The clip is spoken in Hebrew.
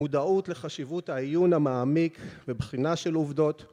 ‫מודעות לחשיבות העיון המעמיק ‫בבחינה של עובדות.